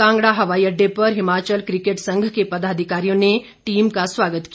कांगड़ा हवाई अड्डे पर हिमाचल क्रिकेट संघ के पदाधिकारियों ने टीम का स्वागत किया